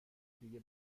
دیگه